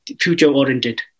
future-oriented